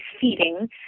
feeding